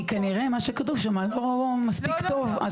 כי כנראה מה שכתוב שם לא מספיק טוב.